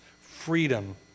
freedom